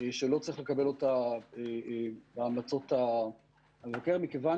שלא צריך לקבל אותה בהמלצות המבקר מכיוון